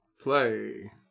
play